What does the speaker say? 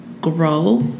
grow